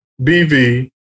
BV